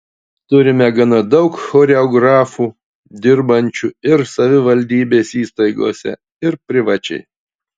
turime gana daug choreografų dirbančių ir savivaldybės įstaigose ir privačiai